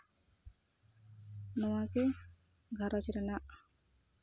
ᱱᱚᱣᱟ ᱜᱮ ᱜᱷᱟᱨᱚᱸᱡᱽ ᱨᱮᱱᱟᱜ